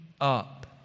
up